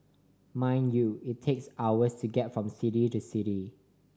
mind you it takes hours to get from city to city